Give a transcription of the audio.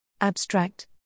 Abstract